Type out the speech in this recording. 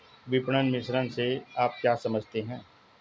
विपणन मिश्रण से आप क्या समझते हैं?